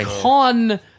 Con